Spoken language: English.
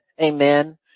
Amen